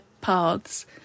paths